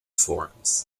forums